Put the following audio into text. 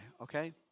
okay